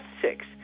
six